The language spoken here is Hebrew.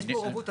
יש מעורבות.